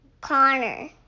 Connor